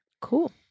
Cool